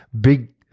big